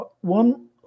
one